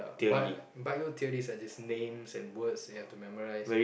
but bio theories are just names and words you have to memorise